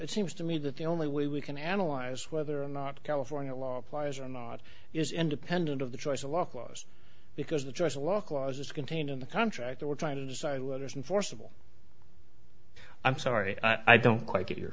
it seems to me that the only way we can analyze whether or not california law applies or not is independent of the choice of law clause because the choice of law clause is contained in the contract or we're trying to decide whether it's an forcible i'm sorry i don't quite get your